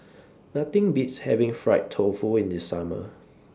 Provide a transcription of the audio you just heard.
Nothing Beats having Fried Tofu in The Summer